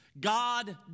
God